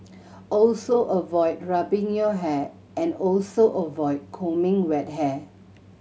also avoid rubbing your hair and also avoid combing wet hair